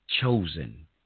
chosen